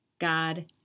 God